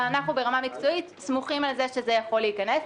אבל אנחנו ברמה המקצועית סמוכים על זה שזה יכול להיכנס.